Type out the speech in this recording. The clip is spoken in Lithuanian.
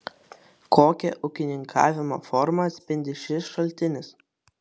kokią ūkininkavimo formą atspindi šis šaltinis